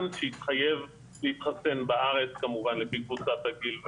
שיתחייב להתחסן בארץ לפי קבוצת הגיל.